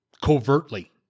covertly